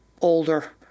older